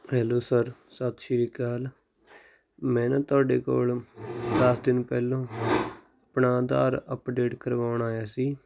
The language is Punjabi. ਹੈਲੋ ਸਰ ਸਤਿ ਸ਼੍ਰੀ ਕਾਲ ਮੈਂ ਨਾ ਤੁਹਾਡੇ ਕੋਲ ਦਸ ਦਿਨ ਪਹਿਲਾਂ ਆਪਣਾ ਆਧਾਰ ਅਪਡੇਟ ਕਰਵਾਉਣ ਆਇਆ ਸੀ